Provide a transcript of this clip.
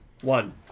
One